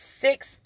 six